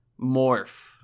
Morph